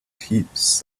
heaps